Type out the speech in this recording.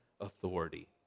authority